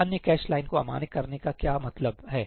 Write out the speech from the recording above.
अन्य cache line को अमान्य करने का क्या मतलब है